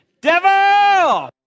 Devil